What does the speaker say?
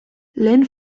lehen